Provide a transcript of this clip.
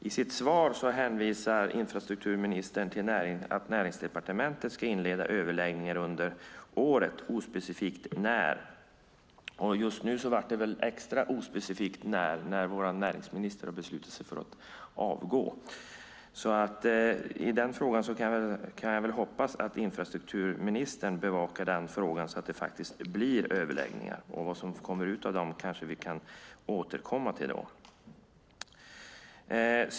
I sitt svar hänvisar infrastrukturministern till att Näringsdepartementet ska inleda överläggningar under året, ospecifikt när. Och just nu är det väl extra ospecifikt när vår näringsminister har beslutat sig för att avgå. Jag hoppas att infrastrukturministern då bevakar den frågan så att det faktiskt blir överläggningar. Vad som kommer ut av dem kanske vi kan återkomma till.